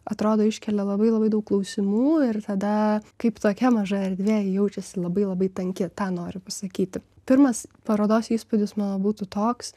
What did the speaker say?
atrodo iškelia labai labai daug klausimų ir tada kaip tokia maža erdvė ji jaučiasi labai labai tanki tą noriu pasakyti pirmas parodos įspūdis mano būtų toks